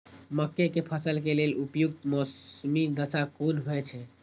मके के फसल के लेल उपयुक्त मौसमी दशा कुन होए छै?